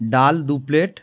ডাল দু প্লেট